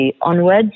onwards